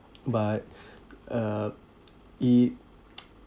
but uh it